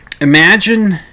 Imagine